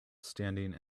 standing